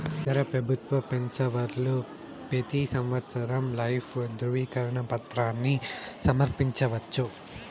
ఇతర పెబుత్వ పెన్సవర్లు పెతీ సంవత్సరం లైఫ్ దృవీకరన పత్రాని సమర్పించవచ్చు